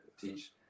teach